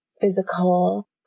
physical